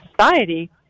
society